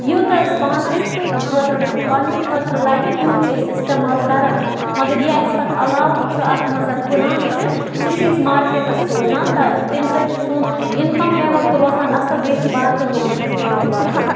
یوٗتاہ أسۍ پانَس خٲطرٕ پَنٕنہِ خٲطرٕ لَگہِ توٗت چھِ أسۍ اِستعمال کَران مگر یہِ اَسہِ پَتہٕ علاوٕ چھُ اَتھ منٛز ہُران چھِ سُہ چھِ أسۍ مارکیٹَس سوزان تہٕ تمہِ سۭتۍ چھُ سُہ سون اِنکَم لٮ۪ول تہٕ روزان اَصٕل بیٚیہِ چھِ باقیَن لُکَن تہِ فٲیدٕ واتان